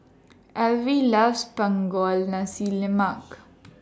Alvie loves Punggol Nasi Lemak